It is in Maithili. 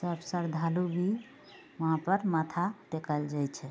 सब श्रद्धालु भी वहाँपर माथा टेकल जाइ छै